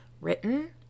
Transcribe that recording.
written